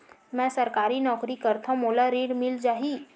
मै सरकारी नौकरी करथव मोला ऋण मिल जाही?